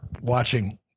watching